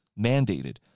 mandated